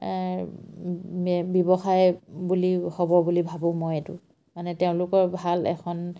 ব্যৱসায় বুলি হ'ব বুলি ভাবোঁ মই এইটো মানে তেওঁলোকৰ ভাল এখন